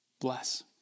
Bless